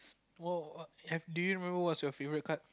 oh have do you remember what is your favourite card